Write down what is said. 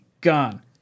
gone